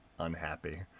unhappy